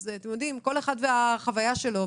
אז כל אחד והחוויה שלו.